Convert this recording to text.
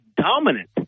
dominant